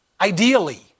Ideally